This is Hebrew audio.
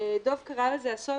דב קרא לזה אסון,